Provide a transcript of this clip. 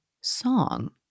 song